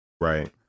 right